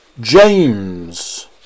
James